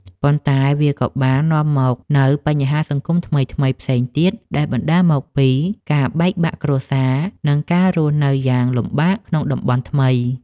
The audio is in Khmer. ប៉ុន្តែវាក៏បាននាំមកនូវបញ្ហាសង្គមថ្មីៗផ្សេងទៀត ដែលបណ្តាលមកពីការបែកបាក់គ្រួសារ និងការរស់នៅយ៉ាងលំបាកក្នុងតំបន់ថ្មី។